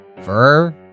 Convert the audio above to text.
fur